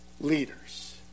leaders